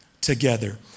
together